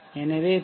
எனவே பி